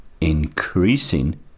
increasing